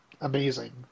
amazing